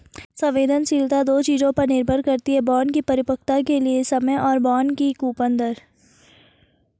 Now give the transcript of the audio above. संवेदनशीलता दो चीजों पर निर्भर करती है बॉन्ड की परिपक्वता के लिए समय और बॉन्ड की कूपन दर